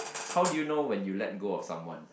how do you know when you let go of someone